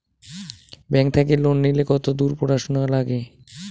Bank থাকি loan নিলে কতদূর পড়াশুনা নাগে?